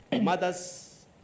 Mothers